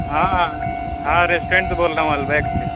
ہاں ہاں ہاں ریسٹورنٹ سے بول رہا ہوں البیک سے